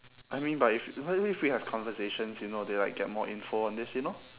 I mean but if what if we have conversations you know they like get more info on this you know